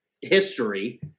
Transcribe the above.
history